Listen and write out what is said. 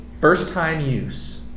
first-time-use